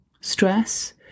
stress